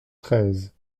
treize